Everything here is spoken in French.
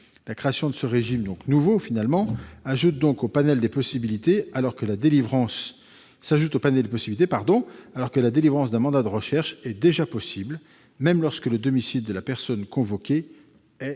La création de ce régime nouveau s'ajoute donc au panel des possibilités, alors que la délivrance d'un mandat de recherche est déjà possible, même lorsque le domicile de la personne convoquée est connu.